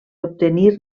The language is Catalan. obtenir